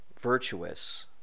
virtuous